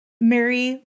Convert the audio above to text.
Mary